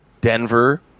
Denver